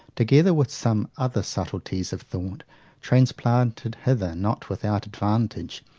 together with some other subtleties of thought transplanted hither not without advantage,